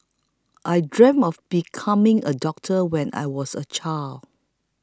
I dreamt of becoming a doctor when I was a child